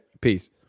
Peace